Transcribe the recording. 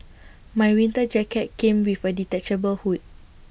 my winter jacket came with A detachable hood